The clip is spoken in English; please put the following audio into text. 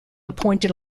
appointed